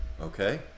Okay